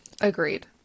Agreed